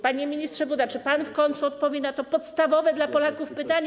Panie ministrze Buda, czy pan w końcu odpowie na to podstawowe dla Polaków pytanie?